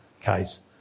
case